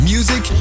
Music